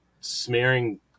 smearing –